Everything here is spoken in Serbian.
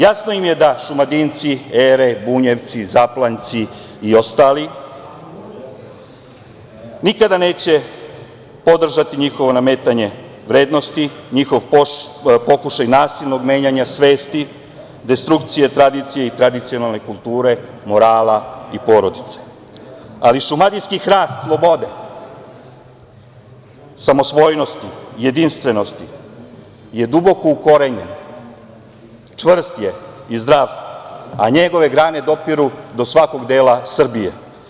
Jasno im je da Šumadinci, Ere, Bunjevci, Zaplanjci i ostali, nikada neće podržati njihovo nametanje vrednosti, njihov pokušaj nasilnog menjanja svesti, destrukcije tradicije i tradicionalne kulture, morala i porodice, ali šumadijski hrast slobode, samosvojnosti, jedinstvenosti je duboko u korenju, čvrst je i zdrav, a njegove grane dopiru do svakog dela Srbije.